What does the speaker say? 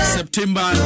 September